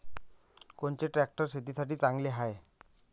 कोनचे ट्रॅक्टर शेतीसाठी चांगले हाये?